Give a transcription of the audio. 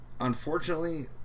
unfortunately